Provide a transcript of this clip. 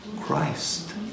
Christ